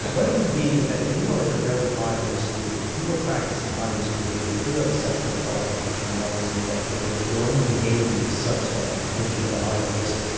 what it would be is that if you were in a very high risk group, if you were practising high risk behaviour, if you have a sexual partner and that you know is infected or if your own behaviour is such that it would put you at a higher risk,